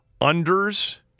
unders